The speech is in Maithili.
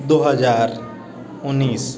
दू हजार उनैस